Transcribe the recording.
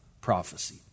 prophecy